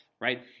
right